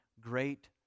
great